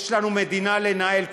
יש לנו מדינה לנהל,